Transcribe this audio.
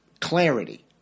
clarity